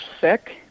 sick